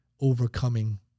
overcoming